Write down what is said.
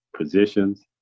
positions